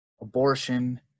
abortion